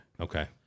Okay